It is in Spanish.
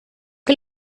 que